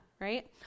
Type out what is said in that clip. right